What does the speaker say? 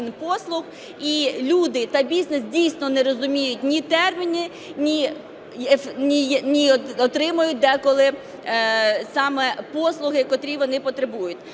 і люди та бізнес дійсно не розуміють ні терміни, ні отримують деколи саме послуги, котрі вони потребують.